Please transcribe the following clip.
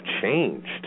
changed